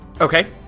Okay